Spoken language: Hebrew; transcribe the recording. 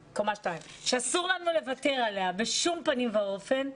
שאסור לנו לוותר עליה בשום פנים ואופן,